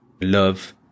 love